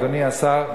אדוני השר,